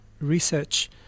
research